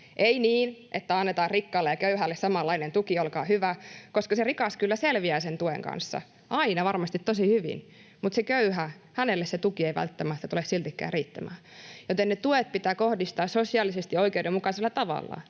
Ei niin, että annetaan rikkaalle ja köyhälle samanlainen tuki, olkaa hyvä, koska se rikas kyllä selviää sen tuen kanssa aina varmasti tosi hyvin, mutta sille köyhälle se tuki ei välttämättä tule siltikään riittämään, vaan tuet pitää kohdistaa sosiaalisesti oikeudenmukaisella tavalla